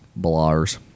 blars